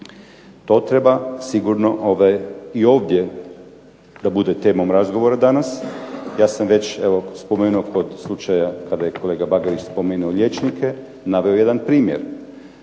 To treba sigurno i ovdje da bude temom razgovora danas. Ja sam već evo spomenuo kod slučaja kada je kolega Bagarić spomenuo liječnike, naveo jedan primjer.